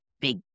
big